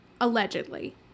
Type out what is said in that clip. allegedly